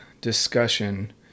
discussion